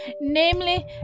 namely